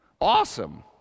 Awesome